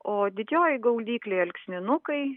o didžioji gaudyklė alksninukai